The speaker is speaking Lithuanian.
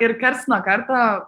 ir karts nuo karto